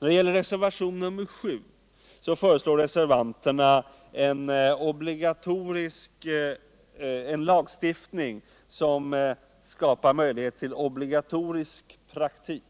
I reservationen 7 föreslår reservanterna en lagstiftning som skapar möjlighet till obligatorisk praktik.